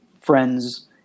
friends